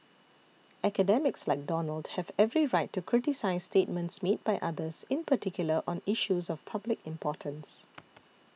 academics like Donald have every right to criticise statements made by others in particular on issues of public importance